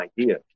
idea